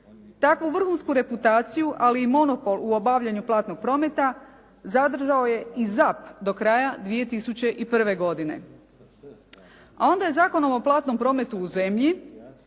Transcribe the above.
Takvu vrhunsku reputaciju ali i monopol u obavljanju platnog prometa zadržao je i ZAP do kraja 2001. godine. A onda je Zakonom o platnom prometu u zemlji